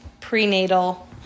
prenatal